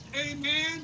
amen